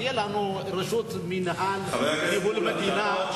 ותהיה לנו רשות ניהול מדינה.